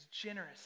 generous